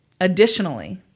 Additionally